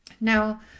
Now